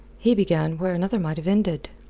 he began where another might have ended.